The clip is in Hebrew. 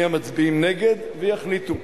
מי המצביעים נגד, ויחליטו.